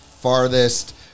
farthest